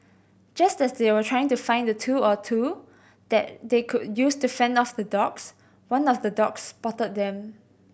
just as they were trying to find a tool or two that they could use to fend off the dogs one of the dogs spotted them